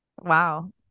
Wow